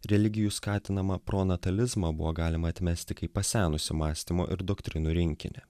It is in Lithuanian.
religijų skatinamą pronatalizmą buvo galima atmesti kaip pasenusį mąstymo ir doktrinų rinkinį